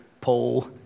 Paul